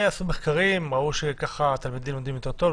עשו מחקרים וראו שככה התלמידים לומדים יותר טוב,